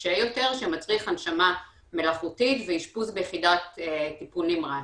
קשה יותר שמצריך הנשמה מלאכותית ואשפוז ביחידת טיפול נמרץ.